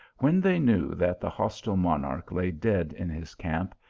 when they knew that the hostile monarch lay dead in his camp,